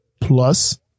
plus